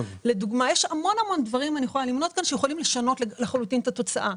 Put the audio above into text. יש המון דברים אני יכולה למנות שיכולים לשנות לחלוטין את התוצאה.